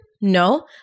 No